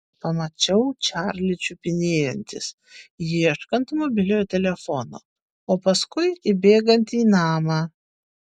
pamačiau čarlį čiupinėjantis ieškant mobiliojo telefono o paskui įbėgant į namą